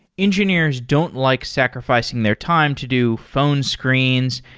engineers don't like sacrificing their time to do phone screens,